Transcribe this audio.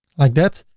like that.